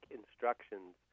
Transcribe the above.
instructions